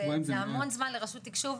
גם בהחלטת ממשלה,